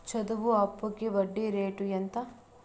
చదువు అప్పుకి వడ్డీ రేటు ఎంత?